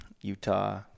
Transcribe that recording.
Utah